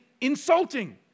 insulting